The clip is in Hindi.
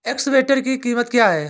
एक्सकेवेटर की कीमत क्या है?